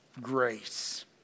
grace